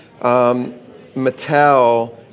Mattel